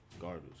garbage